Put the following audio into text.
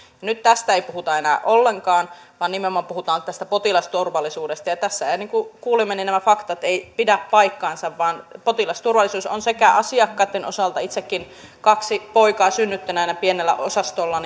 nyt tästä ei puhuta enää ollenkaan vaan nimenomaan puhutaan tästä potilasturvallisuudesta ja niin kuin jo tässä kuulimme nämä faktat eivät pidä paikkaansa vaan potilasturvallisuus on hyvä asiakkaiden osalta itsekin kaksi poikaa pienellä osastolla